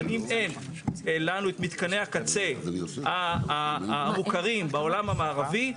אבל אם אין לנו את מתקני הקצה המוכרים בעולם המערבי,